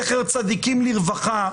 זכר צדיקים לברכה,